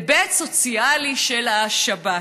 ההיבט הסוציאלי של השבת,